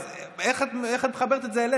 אז איך את מחברת את זה אלינו?